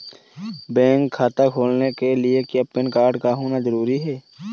Bank खाता खोलने के लिए क्या पैन कार्ड का होना ज़रूरी है?